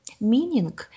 meaning